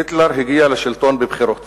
היטלר הגיע לשלטון בבחירות